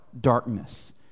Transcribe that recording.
darkness